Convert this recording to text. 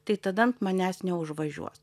tai tada ant manęs neužvažiuos